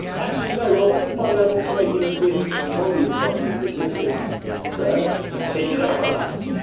actually, no, i want to find out what's making this volume button resistant first. let's take it apart!